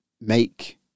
make